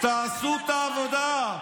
נתת לו עוד שלוש דקות.